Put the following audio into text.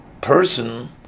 person